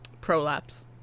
prolapse